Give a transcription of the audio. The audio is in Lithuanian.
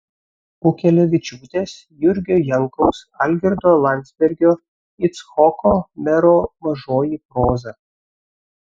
pukelevičiūtės jurgio jankaus algirdo landsbergio icchoko mero mažoji proza